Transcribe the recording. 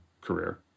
career